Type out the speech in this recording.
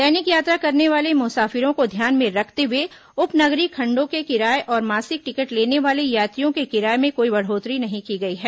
दैनिक यात्रा करने वाले मुसाफिरों को ध्यान में रखते हुए उप नगरीय खंडों के किराये और मासिक टिकट लेने वाले यात्रियों के किराये में कोई बढ़ोतरी नहीं की गई है